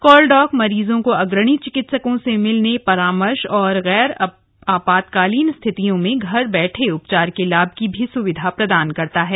कॉलडॉक मरीजों को अग्रणीय चिकित्सकों से मिलने परामर्श और गैर आपातकालीन स्थितियों में घर बैठे उपचार के लाभ की सुविधा भी प्रदान करता है